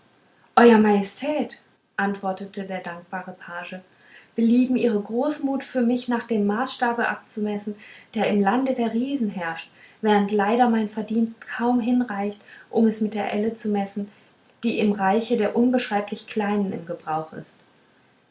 euer majestät antwortete der dankbare page belieben ihre großmut für mich nach dem maßstabe abzumessen der im lande der riesen herrscht während leider mein verdienst kaum hinreicht um es mit der elle zu messen die im reiche der unbeschreiblich kleinen im gebrauch ist